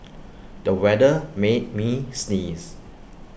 the weather made me sneeze